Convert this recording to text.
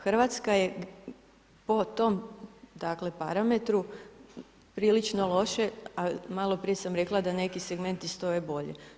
Hrvatska je po tom dakle parametru prilično loše a malo prije sam rekla da neki segmenti stoje bolje.